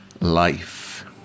life